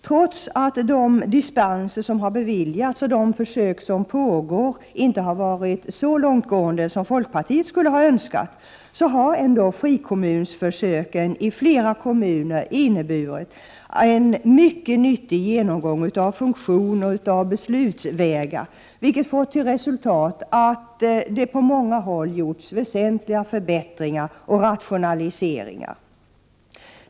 Trots att de dispenser som har beviljats och de försök som pågår inte har varit så långtgående som folkpartiet skulle ha önskat, har ändå frikommunförsöken i flera kommuner inneburit en mycket nyttig genomgång av funktioner och beslutsvägar, vilket fått till resultat att det på många håll gjorts väsentliga förbättringar och rationaliseringar.